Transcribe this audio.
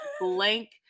blank